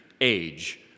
age